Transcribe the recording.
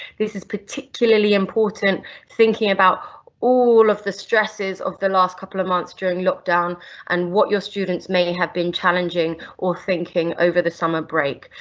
this is particularly important thinking about all of the stresses of the last couple of months during lockdown and what your students may have been challenging or thinking over the summer break.